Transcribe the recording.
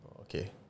Okay